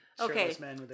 Okay